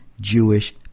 Jewish